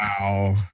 Wow